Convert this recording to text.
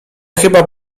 chyba